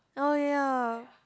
oh ya